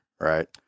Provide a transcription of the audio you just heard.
right